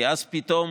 כי אז פתאום